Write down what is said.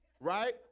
Right